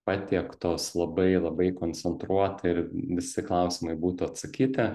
patiektos labai labai koncentruotai ir visi klausimai būtų atsakyti